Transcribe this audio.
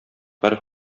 гореф